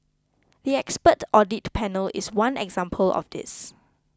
the expert audit panel is one example of this